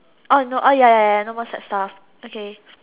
no ya ya ya no more sad stuff okay